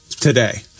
today